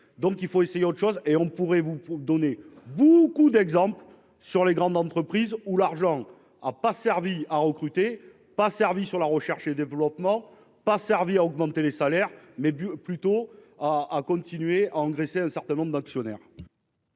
donc il faut essayer autre chose et on pourrait vous donner beaucoup d'exemples sur les grandes entreprises, où l'argent a pas servi à recruter pas servi sur la recherche et développement pas servi à augmenter les salaires mais plutôt à à continuer à engraisser un certain nombre d'actionnaires.